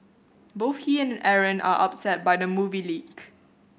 both he and Aaron are upset by the movie leak